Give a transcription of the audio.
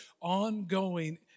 ongoing